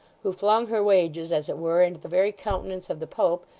who flung her wages, as it were, into the very countenance of the pope,